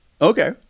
Okay